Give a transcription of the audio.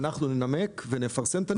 ואנחנו ננמק ונפרסם את הנימוקים.